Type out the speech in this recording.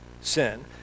sin